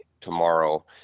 tomorrow